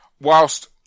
whilst